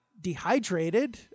dehydrated